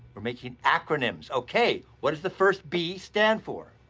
we're making acronyms! okay, what does the first b stand for?